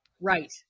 Right